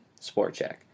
Sportcheck